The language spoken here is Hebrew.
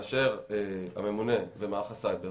כאשר הממונה במערך הסייבר